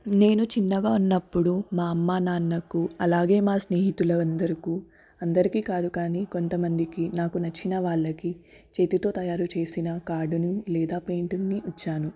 నేను చిన్నగా ఉన్నప్పుడు మా అమ్మ నాన్నకు అలాగే మా స్నేహితులు అందరికీ అందరికీ కాదు కానీ కొంతమందికి నాకు నచ్చిన వాళ్ళకి చేతితో తయారుచేసిన కార్డుని లేదా పెయింటింగ్ని ఇచ్చాను